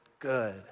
good